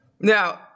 Now